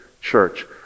church